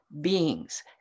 beings